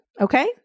Okay